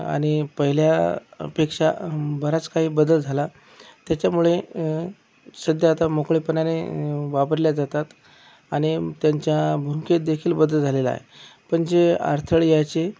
आणि पहिल्यापेक्षा बराच काही बदल झाला त्याच्यामुळे सध्या आता मोकळेपणाने वावरल्या जातात आणि त्यांच्या भूमिकेत देखील बदल झालेला आहे पण जे अडथळे यायचे